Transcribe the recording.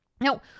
Now